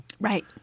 Right